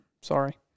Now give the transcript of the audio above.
sorry